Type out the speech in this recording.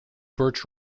birch